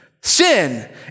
Sin